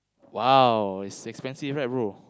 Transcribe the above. !wow! it's expensive right bro